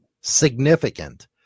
significant